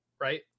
right